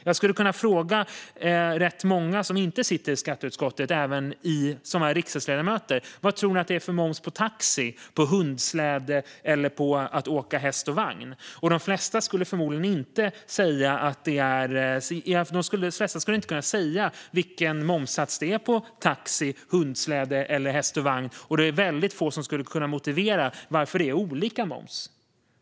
Jag skulle kunna fråga rätt många som inte sitter i skatteutskottet men som är riksdagsledamöter: Vad tror ni att det är för moms på att åka taxi, på att åka hundsläde och på att åka häst och vagn? De flesta skulle förmodligen inte kunna säga vilken momssats det är på taxi, hundsläde och häst och vagn. Och det är väldigt få som skulle kunna motivera varför det är olika moms.